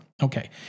Okay